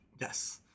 yes